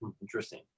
Interesting